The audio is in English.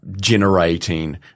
generating